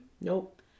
Nope